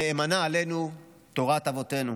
נאמנה עלינו תורת אבותינו.